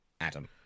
Adam